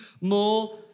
more